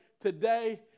today